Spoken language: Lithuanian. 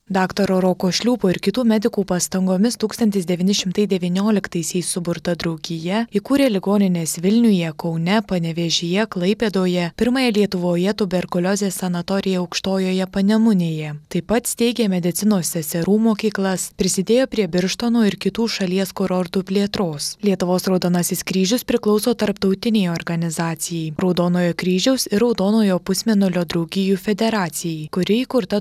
daktaro roko šliūpo ir kitų medikų pastangomis tūkstantis devyni šimtai devynioliktaisiais suburta draugija įkūrė ligonines vilniuje kaune panevėžyje klaipėdoje pirmąją lietuvoje tuberkuliozės sanatoriją aukštojoje panemunėje taip pat steigė medicinos seserų mokyklas prisidėjo prie birštono ir kitų šalies kurortų plėtros lietuvos raudonasis kryžius priklauso tarptautinei organizacijai raudonojo kryžiaus ir raudonojo pusmėnulio draugijų federacijai kuri įkurta